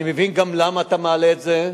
אני מבין גם למה אתה מעלה את זה,